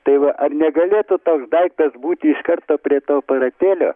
tai va ar negalėtų tas daiktas būti iš karto prie to aparatėlio